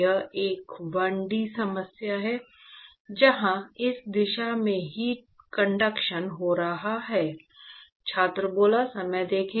यह एक 1D समस्या है जहां इस दिशा में हीट कंडक्शन हो रहा है